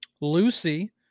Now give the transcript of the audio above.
Lucy